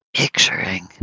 picturing